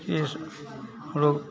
यह स लोग